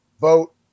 vote